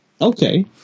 Okay